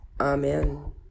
Amen